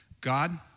God